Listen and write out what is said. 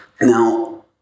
Now